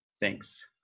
Thanks